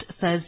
says